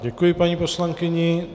Děkuji paní poslankyni.